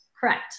Correct